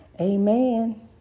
Amen